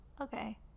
Okay